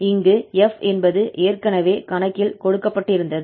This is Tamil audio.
இங்கு f என்பது ஏற்கனவே கணக்கில் கொடுக்கப்பட்டிருந்தது